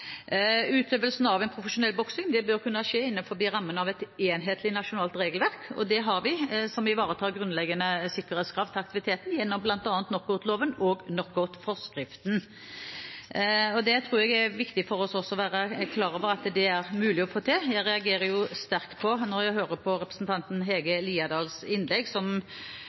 Utøvelsen av profesjonell boksing bør kunne skje innenfor rammene av et enhetlig nasjonalt regelverk, og det har vi, som ivaretar grunnleggende sikkerhetskrav til aktiviteten gjennom bl.a. knockoutloven og knockoutforskriften. Jeg tror det er viktig for oss å være klar over at det er mulig å få til. Jeg reagerer jo sterkt når jeg hører på representanten Hege Haukeland Liadals innlegg. Man skulle nesten tro at det ikke var slik i dag at det er aktiviteter som